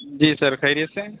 جی sir خیریت سے ہیں